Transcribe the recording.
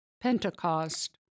Pentecost